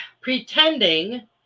pretending